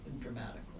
dramatically